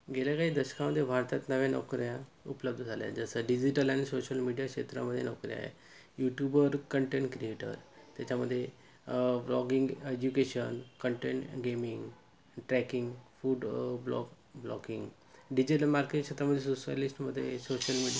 गेल्या काही दशकामध्ये भारतात नव्या नोकऱ्या उपलब्ध झाल्या आहेत जसं डिजिटल आणि सोशल मीडिया क्षेत्रामध्ये नोकऱ्या आहे यूट्यूबर कंटेंट क्रिएटर त्याच्यामध्ये blogging education content gaming tracking food blog blocking digital market क्षेत्रामध्ये लिस्टमध्ये सोशल मीडिया